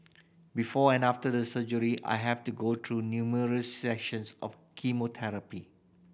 before and after the surgery I had to go through numerous sessions of chemotherapy